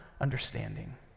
understanding